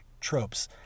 tropes